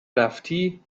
رفتی